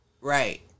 Right